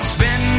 Spend